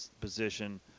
position